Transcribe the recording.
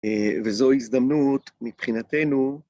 וזו הזדמנות מבחינתנו.